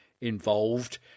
involved